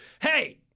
Hey